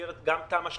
שינויים גם בחשמל.